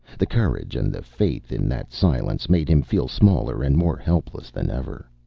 the courage and the faith in that silence made him feel smaller and more helpless than ever.